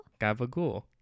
gabagool